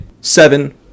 seven